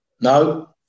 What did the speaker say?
No